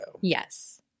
Yes